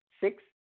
six